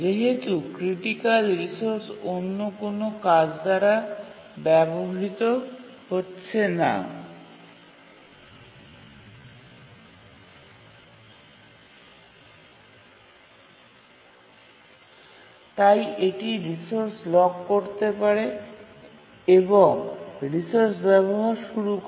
যেহেতু critical resource অন্য কোনও কাজ দ্বারা ব্যবহৃত হচ্ছে না তাই এটি রিসোর্স লক করতে পারে এবং রিসোর্স ব্যবহার শুরু করে